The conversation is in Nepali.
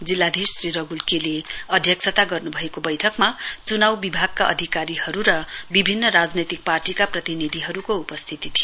जिल्लाधीश श्री रगुल के ले अध्यक्षता गर्नुभएको बैठकमा चुनाउ विभागका अधिकारीहरू र विभिन्न राजनैतिक पार्टीका प्रतिनिधिहरूको उपस्थिती थियो